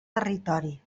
territori